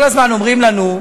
כל הזמן אומרים לנו,